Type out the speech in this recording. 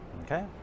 okay